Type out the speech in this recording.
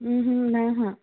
নাই হোৱা